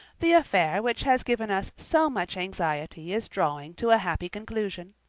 the affair which has given us so much anxiety is drawing to a happy conclusion.